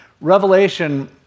Revelation